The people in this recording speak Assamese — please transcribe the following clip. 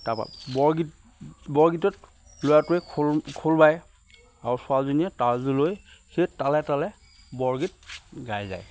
তাপা বৰগীত বৰগীতত ল'ৰাটোৱে খোল খোল বাই আৰু ছোৱালীজনীয়ে তালযোৰ লৈ সেই তালে তালে বৰগীত গাই যায়